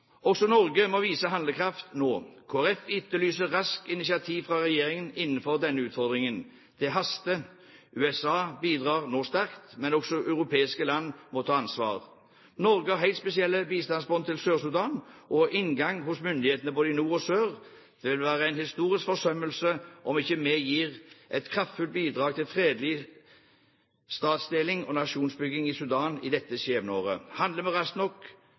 Også Norge må vise handlekraft nå. Kristelig Folkeparti etterlyser et raskt initiativ fra regjeringen når det gjelder denne utfordringen. Det haster. USA bidrar nå sterkt, men også europeiske land må ta ansvar. Norge har helt spesielle bistandsbånd til Sør-Sudan og inngang hos myndighetene både i nord og sør. Det vil være en historisk forsømmelse om vi ikke gir et kraftfullt bidrag til fredelig statsdeling og nasjonsbygging i Sudan i dette skjebneåret. Handler vi ikke raskt nok,